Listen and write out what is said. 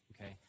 okay